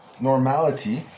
normality